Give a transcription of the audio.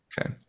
Okay